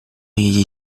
jedzie